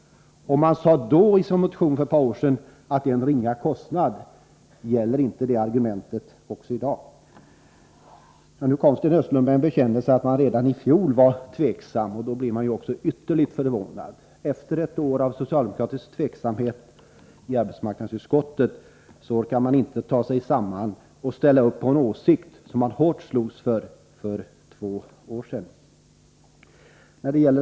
Och man sade i sin motion för ett par år sedan att det är fråga om en ringa kostnad. Gäller inte det argumentet även i dag? Nu kom Sten Östlund med en bekännelse, att socialdemokraterna redan i fjol var tveksamma. Då blir man ju också ytterligt förvånad. Efter ett år av tveksamhet i arbetsmarknadsutskottet orkar socialdemokraterna inte ta sig samman och ställa upp för en åsikt som de hårt slogs för för två år sedan.